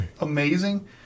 amazing